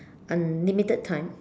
unlimited time